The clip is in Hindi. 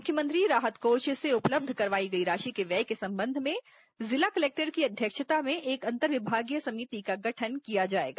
मुख्यमंत्री राहत कोष से उपलब्ध करवाई गई राशि के व्यय के संबंध में जिला कलेक्टर की अध्यक्षता में एक अंतर्विभागीय सभिति का गठन किया जायेगा